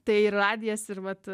tai radijas ir vat